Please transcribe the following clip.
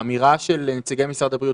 האמירה של נציגי משרד הבריאות,